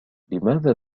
لماذا